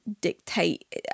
dictate